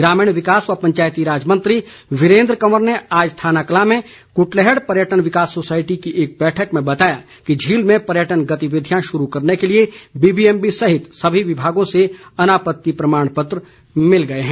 ग्रामीण विकास व पंचायती राज मंत्री वीरेन्द्र कंवर ने आज थानाकलां में कृटलैड़ पर्यटन विकास सोसायटी की एक बैठक में बताया कि झील में पर्यटन गतिविधियां शुरू करने के लिए बीबीएमबी सहित सभी विभागों से अनापत्ति प्रमाण पत्र मिल गए हैं